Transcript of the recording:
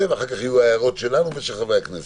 ואחר כך יהיו ההערות שלנו ושל חברי הכנסת.